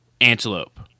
antelope